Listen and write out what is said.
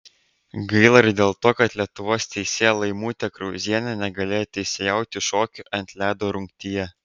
gaila ir dėl to kad lietuvos teisėja laimutė krauzienė negalėjo teisėjauti šokių ant ledo rungtyje